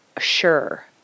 sure